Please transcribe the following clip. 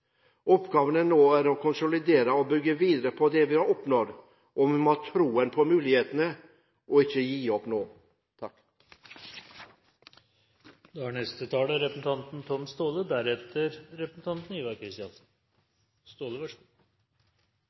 Oppgaven nå er å konsolidere og bygge videre på det vi har oppnådd. Vi må ha troen på mulighetene og ikke gi opp nå. Tirsdag den 4. juni var vi vitne til en øvelse i noe vi er